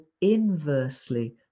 inversely